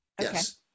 Yes